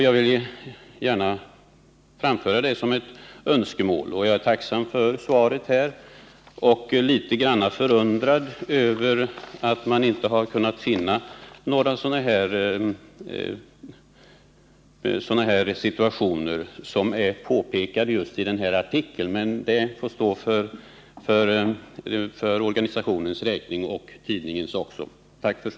Jag är tacksam för det svar jag har fått, men jag är litet förundrad över att där sägs att man inte kunnat finna exempel på sådana fall som påpekats just i den tidningsartikel jag nämnt. Det får emellertid stå för organisationens räkning liksom även för tidningens.